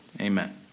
amen